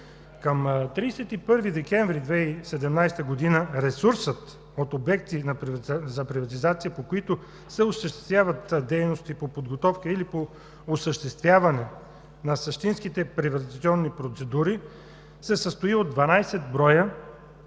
Към 31 декември 2017 г. ресурсът от обекти за приватизация, по които се осъществяват дейности по подготовка или по осъществяване на същинските приватизационни процедури, се състои от 12 броя